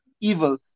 evil